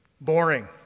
boring